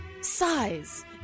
size